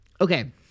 Okay